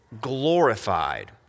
glorified